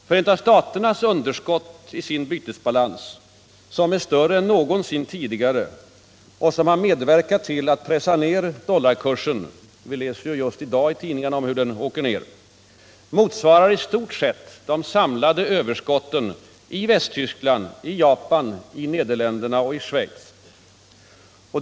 Förenta staternas underskott i sin bytesbalans, som är större än någonsin tidigare och som har medverkat till att pressa ned dollarkursen — vi läser just i dag i tidningarna om hur den åker ner — motsvarar i stort sett de samlade överskotten i Västtyskland, Japan, Nederländerna och Schweiz.